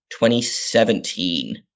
2017